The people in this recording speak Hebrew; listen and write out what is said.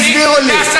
תסבירו לי.